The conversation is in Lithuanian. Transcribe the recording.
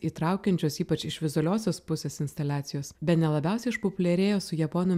įtraukiančios ypač iš vizualiosios pusės instaliacijos bene labiausiai išpopuliarėjo su japonų